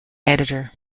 editor